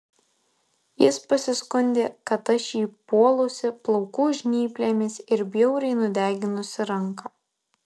jis pasiskundė kad aš jį puolusi plaukų žnyplėmis ir bjauriai nudeginusi ranką